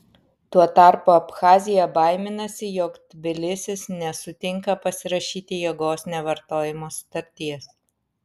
tuo tarpu abchazija baiminasi jog tbilisis nesutinka pasirašyti jėgos nevartojimo sutarties